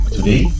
Today